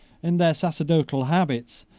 in their sacerdotal habits,